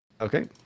Okay